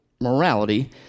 morality